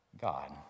God